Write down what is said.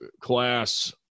class